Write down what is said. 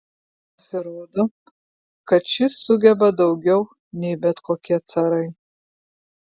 pasirodo kad šis sugeba daugiau nei bet kokie carai